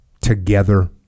Together